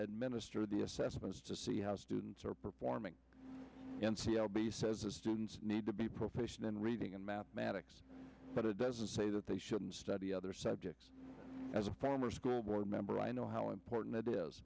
administer the assessments to see how students are performing n c l b says students need to be proficient in reading and mathematics but it doesn't say that they shouldn't study other subjects as former school board member i know how important it is